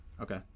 Okay